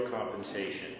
compensation